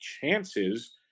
chances